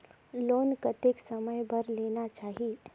Loan कतेक समय बर लेना चाही?